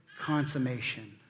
consummation